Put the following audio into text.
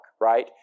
right